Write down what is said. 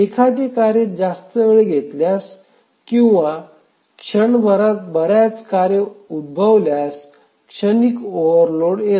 एखादे कार्य जास्त वेळ घेतल्यास किंवा क्षणभरात बर्याच कार्ये उद्भवल्यास क्षणिक ओव्हरलोड येते